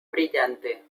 brillante